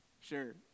sure